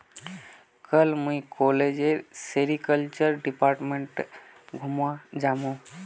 कल मुई कॉलेजेर सेरीकल्चर डिपार्टमेंट घूमवा जामु